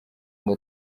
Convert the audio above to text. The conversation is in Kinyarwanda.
ngo